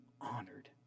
honored